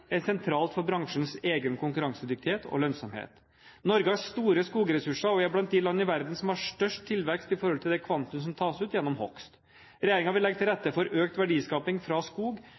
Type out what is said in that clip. er sentralt for bransjens egen konkurransedyktighet og lønnsomhet. Norge har store skogressurser, og vi er blant de land i verden som har størst tilvekst i forhold til det kvantum som tas ut gjennom hogst. Regjeringen vil legge til rette for økt verdiskaping fra skog,